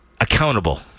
accountable